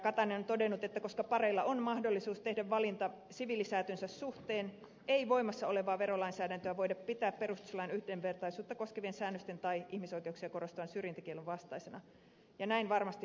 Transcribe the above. katainen on todennut että koska pareilla on mahdollisuus tehdä valinta siviilisäätynsä suhteen ei voimassa olevaa verolainsäädäntöä voida pitää perustuslain yhdenvertaisuutta koskevien säännösten tai ihmisoikeuksia korostavan syrjintäkiellon vastaisena ja näin varmasti onkin